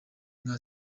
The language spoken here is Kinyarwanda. nka